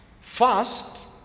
first